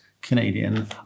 Canadian